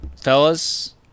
fellas